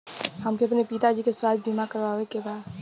हमके अपने पिता जी के स्वास्थ्य बीमा करवावे के बा?